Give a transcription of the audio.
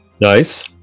nice